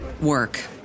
work